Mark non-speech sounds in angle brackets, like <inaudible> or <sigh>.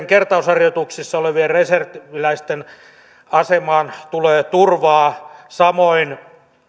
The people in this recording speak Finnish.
<unintelligible> kertausharjoituksissa olevien reserviläisten asemaan tulee turvaa samoin